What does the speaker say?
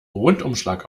rundumschlag